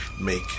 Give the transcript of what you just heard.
make